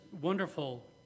wonderful